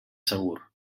segur